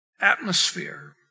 atmosphere